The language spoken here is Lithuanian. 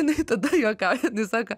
jinai tada juokauja jinai sako